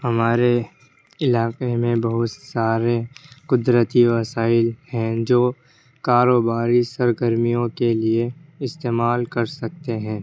ہمارے علاقے میں بہت سارے قدرتی وسائل ہیں جو کاروباری سرگرمیوں کے لیے استعمال کر سکتے ہیں